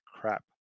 crap